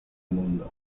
mundo